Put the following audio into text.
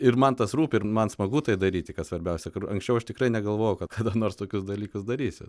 ir man tas rūpi man smagu tai daryti kad svarbiausia kur anksčiau aš tikrai negalvojau kad kada nors tokius dalykus darysiu